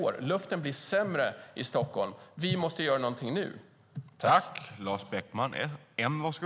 Luften blir sämre i Stockholm. Vi måste göra någonting nu.